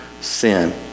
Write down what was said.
sin